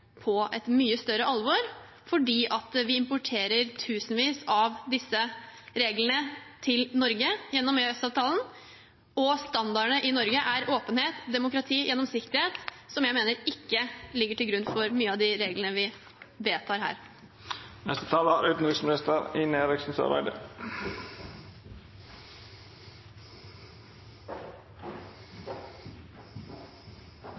på et mye større alvor. Vi importerer tusenvis av disse reglene til Norge gjennom EØS-avtalen, og standardene i Norge er åpenhet, demokrati og gjennomsiktighet, noe som jeg mener ikke ligger til grunn for mange av de reglene vi vedtar